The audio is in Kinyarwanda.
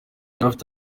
afite